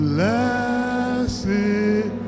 Blessed